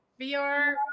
VR